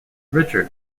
richard